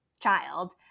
child